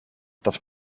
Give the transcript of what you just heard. dat